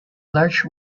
large